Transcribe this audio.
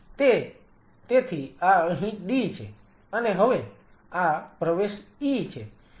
તેથી આ અહી D છે અને હવે આ પ્રવેશ E છે